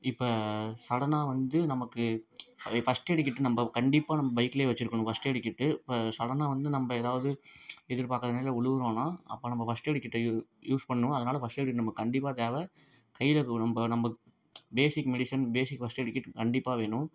இப்போ சடன்னாக வந்து நமக்கு ஃபஸ்ட்டு எய்டு கிட்டு நம்ப கண்டிப்பாக நம்ப பைக்லையே வைச்சுருக்கணும் ஃபஸ்ட் எய்டு கிட்டு இப்போ சடன்னாக வந்து நம்ப ஏதாவது எதிர்பார்க்காத நேரத்தில் உலுறோன்னா அப்போது நம்ம ஃபஸ்ட்டு எய்டு கிட்டை யூ யூஸ் பண்ணணும் அதனாலே ஃபஸ்ட் எய்டு கிட்டு நம்ம கண்டிப்பாக தேவை கையில நம்ப நம்ப basic medicine basic first aid kit கண்டிப்பாக வேணும்